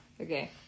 Okay